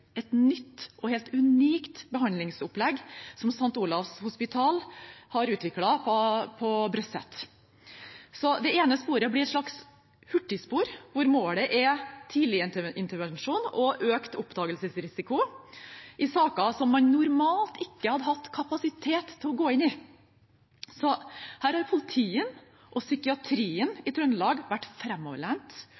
et nytt og helt unikt behandlingsopplegg som St. Olavs hospital har utviklet på Brøset. Det ene sporet blir et slags hurtigspor, hvor målet er tidlig intervensjon og økt oppdagelsesrisiko i saker som man normalt ikke hadde hatt kapasitet til å gå inn i. Her er politiet og psykiatrien